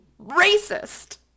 racist